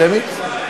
שמית?